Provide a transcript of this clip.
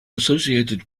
associated